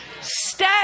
stay